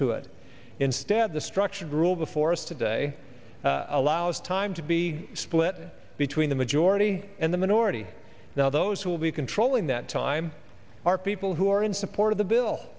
to it instead the structured rule before us today allows time to be split between the majority and the minority now those who will be controlling that time are people who are in support of the bill